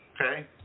Okay